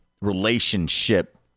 relationship